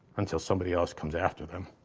until somebody else comes after them.